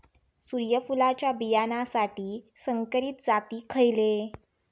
सूर्यफुलाच्या बियानासाठी संकरित जाती खयले?